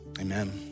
Amen